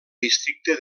districte